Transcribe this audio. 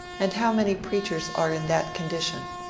and how many preachers are in that condition?